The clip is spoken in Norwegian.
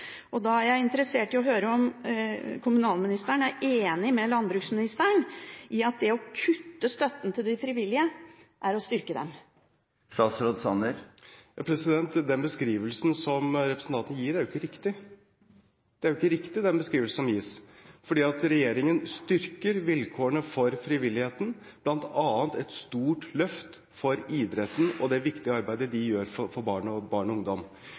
Da er jeg interessert i å høre om kommunalministeren er enig med landbruksministeren i at det å kutte støtten til de frivillige er å styrke dem. Den beskrivelsen som representanten gir, er ikke riktig. Regjeringen styrker vilkårene for frivilligheten, med bl.a. et stort løft for idretten og det viktige arbeidet de gjør for barn og